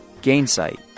Gainsight